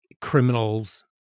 criminals